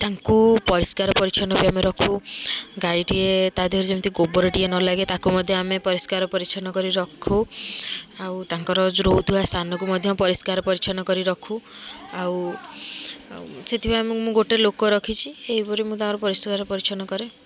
ତାଙ୍କୁ ପରିଷ୍କାର ପରିଚ୍ଛନ୍ନ ବି ଆମେ ରଖୁ ଗାଈଟିଏ ତା ଦେହରେ ଯେମିତି ଗୋବରଟିଏ ନଲାଗେ ତାକୁ ମଧ୍ୟ ଆମେ ପରିଷ୍କାର ପରିଛନ୍ନ କରି ରଖୁ ଆଉ ତାଙ୍କର ଯେଉଁ ରହୁଥିବା ସ୍ଥାନକୁ ମଧ୍ୟ ପରିଷ୍କାର ପରିଚ୍ଛନ୍ନ କରି ରଖୁ ଆଉ ସେଥିପାଇଁ ମୁଁ ଗୋଟେ ଲୋକ ରଖିଛି ଏଇପରି ମୁଁ ତାଙ୍କର ପରିଷ୍କାର ପରିଚ୍ଛନ୍ନ କରେ